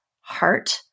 heart